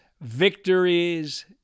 victories